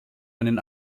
einen